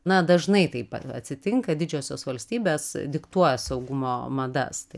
na dažnai taip atsitinka didžiosios valstybės diktuoja saugumo madas tai